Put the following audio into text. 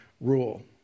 rule